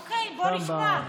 אוקיי, בוא נשמע.